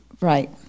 Right